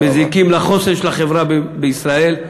מזיקים לחוסן של החברה בישראל.